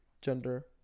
Gender